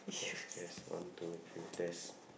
test test one two three test